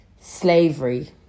slavery